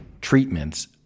treatments